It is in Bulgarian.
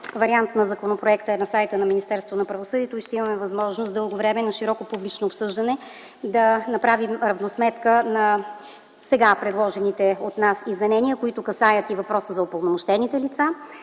вариант на законопроекта е на сайта на Министерството на правосъдието и ще имаме възможност дълго време и на широко публично обсъждане да направим равносметка на сега предложените от нас изменения, които касаят и въпроса за упълномощените лица.